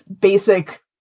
basic